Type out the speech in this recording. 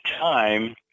time